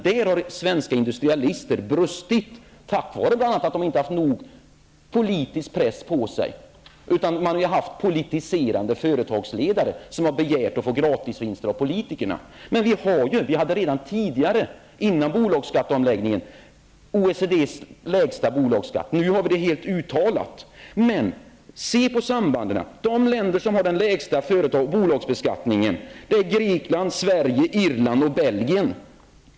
Där har svenska industrialister brustit, bl.a. på grund av att de inte haft tillräcklig politisk press på sig. Man har haft politiserade företagsledare, som har begärt att få gratisvinster av politikerna. Vi hade redan tidigare, före bolagsskatteomläggningen, OECD:s lägsta bolagsskatt. Nu har vi det helt uttalat. Se på sambanden! De länder som har den lägsta bolagsbeskattningen är Grekland, Sverige, Irland och Belgien.